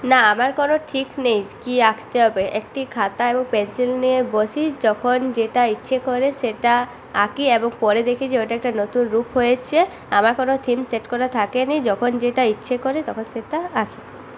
না আমার কোনও ঠিক নেই কী আঁকতে হবে একটি খাতা এবং পেন্সিল নিয়ে বসি যখন যেটা ইচ্ছে করে সেটা আঁকি এবং পরে দেখি যে ওটা একটা নতুন রূপ হয়েছে আমার কোনও থিম সেট করা থাকেনা যখন যেটা ইচ্ছে করে তখন সেটা আঁকি